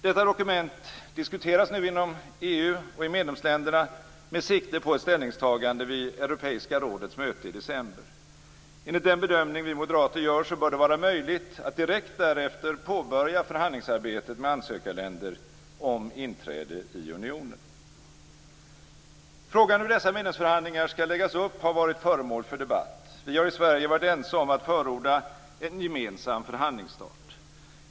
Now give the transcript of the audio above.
Detta dokument diskuteras nu inom EU och i medlemsländerna med sikte på ett ställningstagande vid Europeiska rådets möte i december. Enligt den bedömning vi moderater gör bör det vara möjligt att direkt därefter påbörja förhandlingsarbetet med ansökarländer om inträde i unionen. Frågan hur dessa medlemsförhandlingar skall läggas upp har varit föremål för debatt. Vi har i Sverige varit ense om att förorda en gemensam förhandlingsstart.